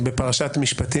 בוקר טוב.